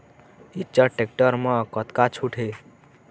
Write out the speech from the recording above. Eicher tractor म कतका छूट हे?